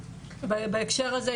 בהקשר הזה,